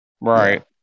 Right